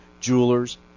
Jewelers